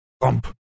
bump